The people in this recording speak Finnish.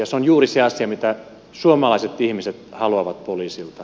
se on juuri se asia mitä suomalaiset ihmiset haluavat poliisilta